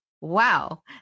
wow